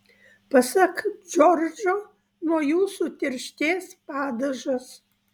pasak džordžo nuo jų sutirštės padažas